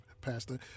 Pastor